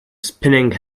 spinning